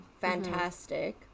Fantastic